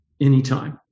anytime